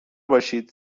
باشید